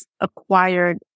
acquired